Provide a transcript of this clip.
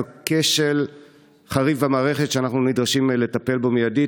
זה כשל חריף במערכת שאנחנו נדרשים לטפל בו מיידית.